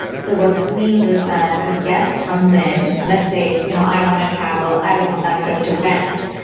so what this means is that a guest comes in, let's say you know i want to travel. i was on that trip to venice.